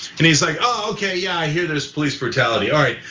and he's like, ah okay, yeah, i hear there's police brutality. all right,